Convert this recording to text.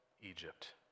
Egypt